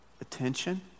Attention